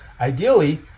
Ideally